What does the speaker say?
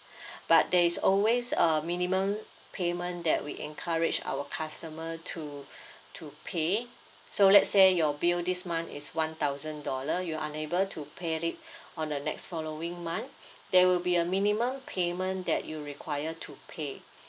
but there is always a minimum payment that we encourage our customer to to pay so let's say your bill this month is one thousand dollar you're unable to pay it on the next following month there will be a minimum payment that you require to pay